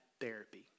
therapy